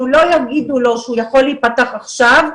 לא יגידו לו שהוא יכול להיפתח עכשיו,